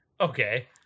Okay